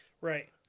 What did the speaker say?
Right